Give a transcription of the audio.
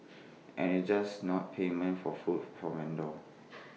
and IT just not payment for food from vendors